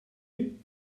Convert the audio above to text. you